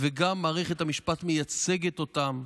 וגם מערכת המשפט מייצגת אותם,